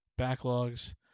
backlogs